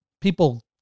people